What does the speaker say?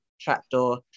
trapdoor